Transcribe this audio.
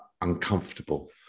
uncomfortable